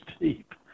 deep